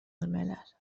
الملل